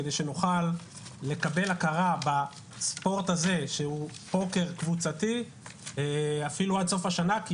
כדי שנוכל לקבל הכרה בספורט הזה שהוא פוקר קבוצתי אפילו עד סוף השנה כי